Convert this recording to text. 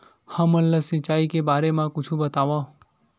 हमन ला सिंचाई के बारे मा कुछु बतावव?